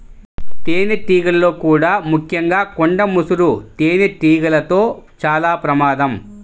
తేనెటీగల్లో కూడా ముఖ్యంగా కొండ ముసురు తేనెటీగలతో చాలా ప్రమాదం